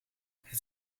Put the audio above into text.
het